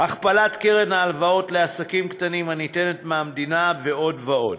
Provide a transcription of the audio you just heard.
הכפלת קרן ההלוואות לעסקים קטנים הניתנת מהמדינה ועוד ועוד.